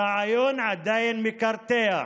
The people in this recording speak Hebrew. הרעיון עדיין מקרטע,